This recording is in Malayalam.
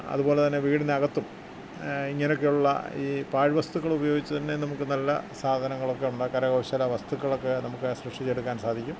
അതുപോലെ തന്നെ വീടിനകത്തും ഇങ്ങനെയൊക്കെ ഉള്ള ഈ പാഴ്വസ്തുക്കൾ ഉപയോഗിച്ചുതന്നെ നമുക്ക് നല്ല സാധനങ്ങളൊക്കെ ഉണ്ടാക്കാൻ കരകൗശല വസ്തുക്കളൊക്കെ നമുക്ക് സൃഷ്ടിച്ചെടുക്കാൻ സാധിക്കും